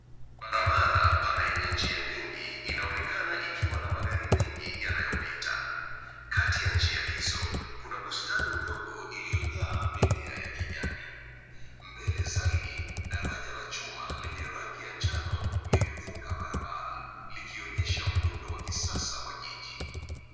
Barabara pana yenye njia nyingi inaonekana ikiwa na magari mengi yanayopita. Kati ya njia hizo, kuna bustani ndogo iliyojaa mimea ya kijani. Mbele zaidi daraja la chuma lenye rangi ya njano limevuka barabara, likionyesha muundo wa kisasa wa jiji.